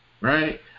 right